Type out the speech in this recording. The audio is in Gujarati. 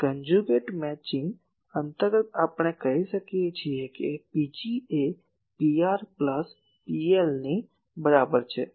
તો કન્જુગેટ મેચિંગ અંતર્ગત આપણે કહી શકીએ કે Pg એ Pr પ્લસ PL ની બરાબર છે